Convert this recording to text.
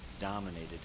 dominated